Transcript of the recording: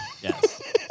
Yes